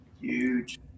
Huge